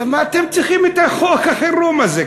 אבל למה אתם צריכים את חוק החירום הזה?